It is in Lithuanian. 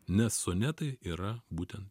nes sonetai yra būtent